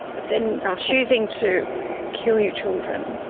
but then choosing to kill your children